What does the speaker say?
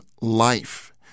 life